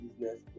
business